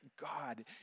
God